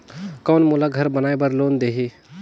कौन मोला घर बनाय बार लोन देही?